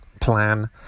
plan